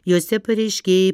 jose pareiškėjai